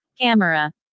Camera